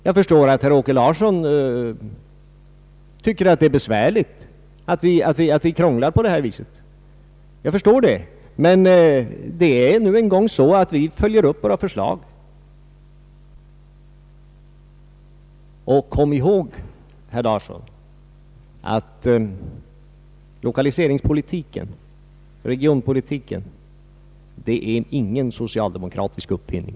Jag förstår att herr Åke Larsson tycker det är besvärligt när vi krånglar på detta vis. Men det är nu så att vi följer upp våra förslag. Och kom ihåg, herr Larsson, att lokaliseringspolitiken och regionalpolitiken inte är en socialdemokratisk uppfinning!